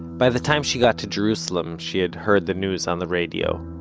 by the time she got to jerusalem she had heard the news on the radio